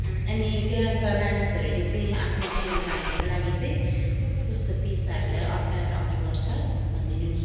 अनि त्यहाँका मानिसहरूले चाहिँ आफ्नो जीवन धान्नको लागि चाहिँ कस्तो कस्तो पेसाहरूलाई अप्नाएर अघि बढ्छ भनिदिनु नि